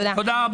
תודה.